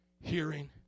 hearing